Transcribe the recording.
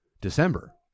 December